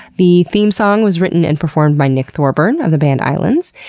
the theme song was written and performed by nick thorburn of the band islands,